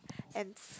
and